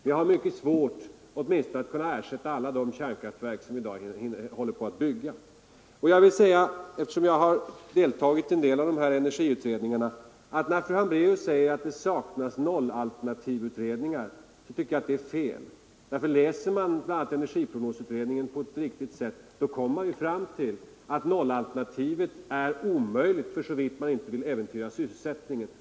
Fredagen den Det blir svårt att ersätta alla de kärnkraftverk som vi i dag håller på 29 november 1974 att bygga. tensta Eftersom jag har deltagit i en del av de energiutredningar som genom = Ang. försäljningen förts vill jag nämna att fru Hambraeus har fel när hon säger att det — av svensk atomsaknas nollalternativutredningar. Läser man bl.a. energiprognosutred = kraftsteknik till ningens betänkande på ett riktigt sätt kommer man fram till att noll — utlandet alternativet är omöjligt att genomföra för så vitt man inte vill äventyra sysselsättningen.